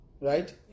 Right